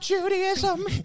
Judaism